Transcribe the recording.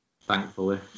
thankfully